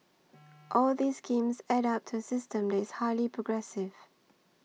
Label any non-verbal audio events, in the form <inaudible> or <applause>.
<noise> all these schemes add up to a system that is highly progressive